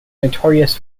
notorious